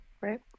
right